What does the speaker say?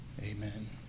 Amen